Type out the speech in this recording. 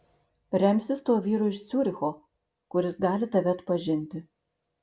remsis tuo vyru iš ciuricho kuris gali tave atpažinti